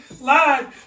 lied